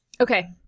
okay